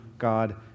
God